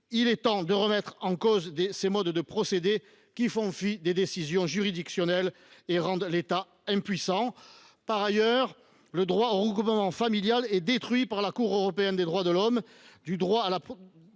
Il est temps de remettre en cause ces façons de procéder qui font fi de nos décisions juridictionnelles et rendent l’État impuissant. Par ailleurs, le droit au regroupement familial est déduit, par la Cour européenne des droits de l’homme,